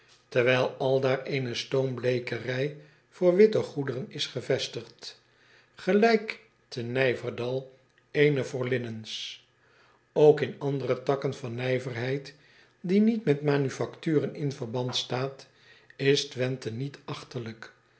en eene pellenweverij terwijl aldaar eene stoombleekerij voor witte goederen is gevestigd gelijk te ijverdal eene voor linnens ok in andere takken van nijverheid die niet met manufacturen in verband staan is wenthe niet achterlijk